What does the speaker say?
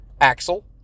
Axel